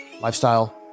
lifestyle